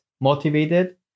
motivated